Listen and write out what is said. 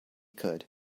could